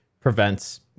prevents